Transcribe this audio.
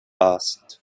asked